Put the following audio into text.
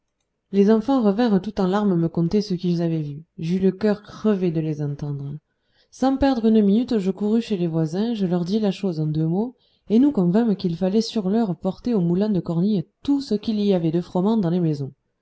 les enfants revinrent tout en larmes me conter ce qu'ils avaient vu j'eus le cœur crevé de les entendre sans perdre une minute je courus chez les voisins je leur dis la chose en deux mots et nous convînmes qu'il fallait sur l'heure porter au moulin cornille tout ce qu'il y avait de froment dans les maisons